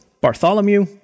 Bartholomew